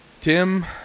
Tim